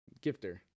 gifter